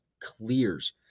clears